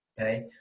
Okay